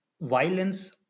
violence